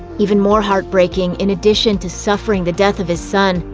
even more heartbreaking, in addition to suffering the death of his son,